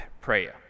prayer